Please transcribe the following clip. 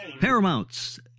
Paramount's